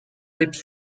lips